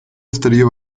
estaría